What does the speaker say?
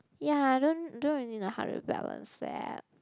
ya I don't don't really know how to